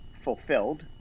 fulfilled